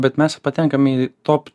bet mes patenkam į top